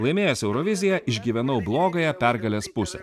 laimėjęs euroviziją išgyvenau blogąją pergalės pusę